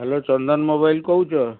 hello Chandan mobile କହୁଛ